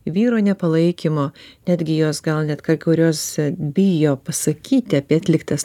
vyro nepalaikymo netgi jos gal net kurios bijo pasakyti apie atliktas